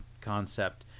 concept